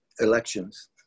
elections